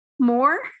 more